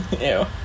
Ew